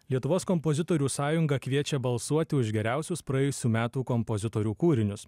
lietuvos kompozitorių sąjunga kviečia balsuoti už geriausius praėjusių metų kompozitorių kūrinius